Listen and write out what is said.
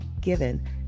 given